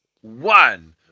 one